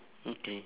okay